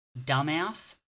dumbass